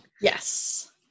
Yes